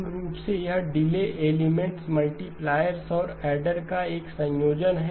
मूल रूप से यह डिले एलिमेंट्स मल्टीप्लायर्स और फिर ऐडर का एक संयोजन है